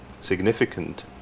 significant